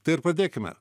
tai ir pradėkime